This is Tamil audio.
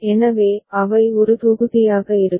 எனவே அவை ஒரு தொகுதியாக இருக்கும்